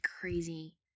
crazy